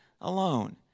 alone